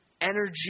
energy